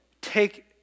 take